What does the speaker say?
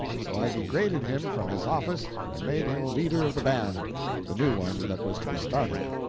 so i degraded him from his office and made him leader of the band the new one that was to be started.